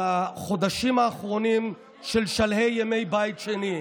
על החודשים האחרונים של שלהי ימי בית שני.